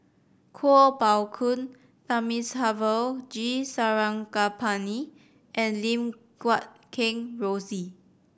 Kuo Pao Kun Thamizhavel G Sarangapani and Lim Guat Kheng Rosie